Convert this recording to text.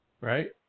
Right